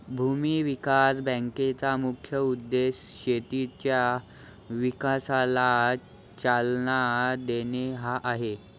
भूमी विकास बँकेचा मुख्य उद्देश शेतीच्या विकासाला चालना देणे हा आहे